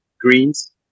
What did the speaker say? greens